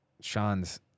Sean's